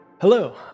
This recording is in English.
Hello